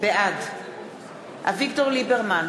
בעד אביגדור ליברמן,